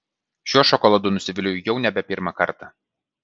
šiuo šokoladu nusiviliu jau nebe pirmą kartą